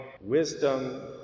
wisdom